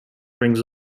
rings